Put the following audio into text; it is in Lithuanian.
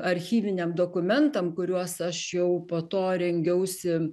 archyviniam dokumentam kuriuos aš jau po to rengiausi